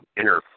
inner